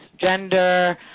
gender